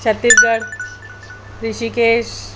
Chhattisgarh Rishikesh